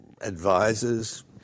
advisors